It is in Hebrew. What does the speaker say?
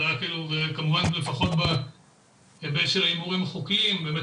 וכמובן לפחות בהיבט של ההימורים החוקיים באמת